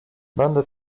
będę